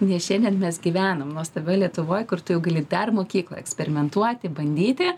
nes šiandien mes gyvenam nuostabioj lietuvoj kur tu jau gali dar mokykloj eksperimentuoti bandyti